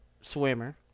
swimmer